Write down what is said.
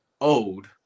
old